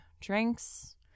drinks